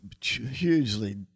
hugely